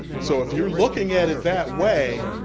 so if you're looking at it that way,